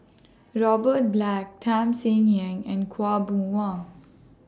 Robert Black Tham Sien Yen and Khaw Boon Wan